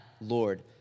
Lord